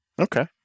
okay